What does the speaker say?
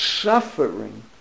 suffering